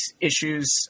issues